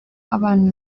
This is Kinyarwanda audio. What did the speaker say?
abana